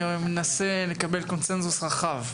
אני מנסה לקבל קונצנזוס רחב.